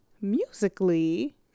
Musically